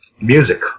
music